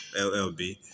LLB